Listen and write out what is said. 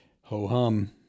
Ho-hum